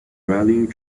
rallying